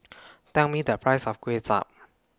Tell Me The Price of Kway Chap